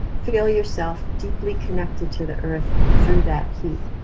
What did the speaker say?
feel yourself deeply connected to the earth through that heat.